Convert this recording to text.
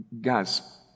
Guys